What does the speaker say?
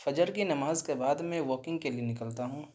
فجر کی نماز کے بعد میں واکنگ کے لیے نکلتا ہوں